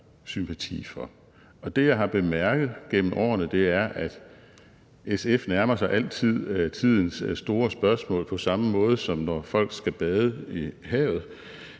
sympati for. Og det, jeg har bemærket gennem årene, er, at SF altid nærmer sig tidens store spørgsmål på samme måde, som når folk skal bade: Det